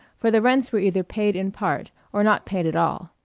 for the rents were either paid in part, or not paid at all.